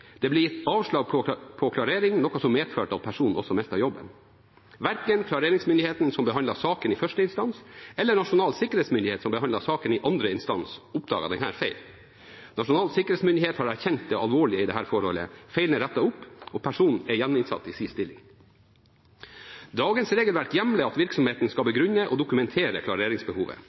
Det ble gitt avslag på klarering, noe som medførte at personen også mistet jobben. Verken klareringsmyndigheten som behandlet saken i første instans, eller Nasjonal sikkerhetsmyndighet som behandlet saken i andre instans, oppdaget denne feilen. Nasjonal sikkerhetsmyndighet har erkjent det alvorlige i dette forholdet. Feilen er rettet opp, og personen er gjeninnsatt i sin stilling. Dagens regelverk hjemler at virksomheten skal begrunne og dokumentere klareringsbehovet.